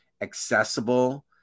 accessible